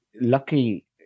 lucky